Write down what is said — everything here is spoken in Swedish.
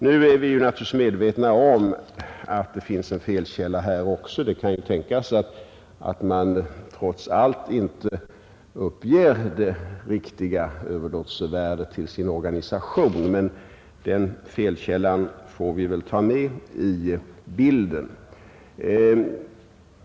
Nu är vi naturligtvis medvetna om att det även här finns en felkälla. Det kan ju tänkas att man trots allt inte uppger det riktiga överlåtelsevärdet till sin organisation, men den felkällan får vi väl ta med i bilden.